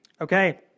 Okay